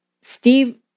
Steve